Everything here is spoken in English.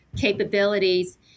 capabilities